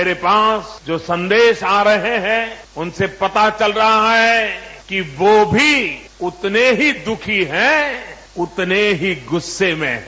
मेरे पास जो संदेश आ रहे हैं उनसे पता चल रहा है कि वो भी उतने ही दूःखी है उतने ही गुस्से में हैं